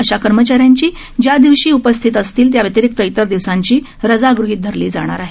अशा कर्मचाऱ्यांची ज्या दिवशी उपस्थित असतील त्याव्यतिरीक्त इतर दिवसांची रजा गृहित धरली जाणार आहे